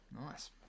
Nice